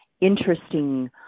interesting